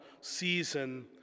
season